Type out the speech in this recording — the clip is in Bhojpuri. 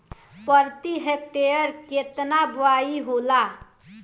प्रति हेक्टेयर केतना बुआई होला?